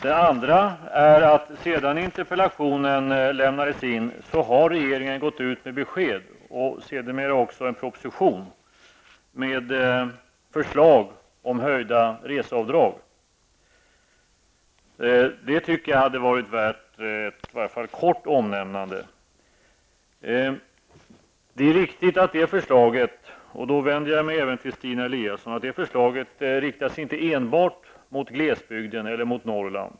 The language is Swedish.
Det andra är att sedan interpellationen lämnades in har regeringen gått ut med besked, sedermera också en proposition, med förslag om höjda reseavdrag. Det tycker jag hade varit värt i varje fall ett kort omnämnande. Det är riktigt att det förslaget -- och då vänder jag mig även till Stina Eliasson -- riktar sig inte enbart mot glesbygden eller mot Norrland.